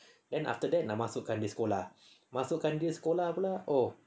then after that nak masukkan dia sekolah nak masukkan dia sekolah pula oh